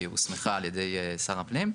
שהיא הוסמכה על ידי שר הפנים,